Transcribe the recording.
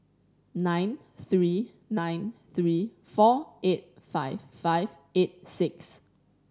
nine three nine three four eight five five eight six